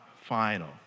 final